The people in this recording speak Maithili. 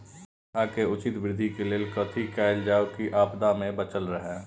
पौधा के उचित वृद्धि के लेल कथि कायल जाओ की आपदा में बचल रहे?